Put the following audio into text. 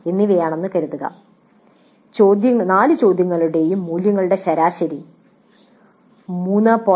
6 എന്നിവയാണെന്ന് കരുതുക നാല് ചോദ്യങ്ങളുടെയും മൂല്യങ്ങളുടെ ശരാശരി 3